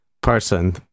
person